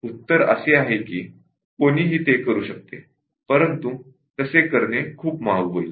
उत्तर असे आहे की हो कोणीही ते करू शकते परंतु तसे करणे खूप महाग होईल